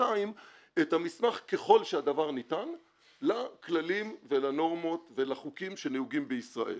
שנתיים את המסמך ככל שהדבר ניתן לכללים ולנורמות ולחוקים שנהוגים בישראל.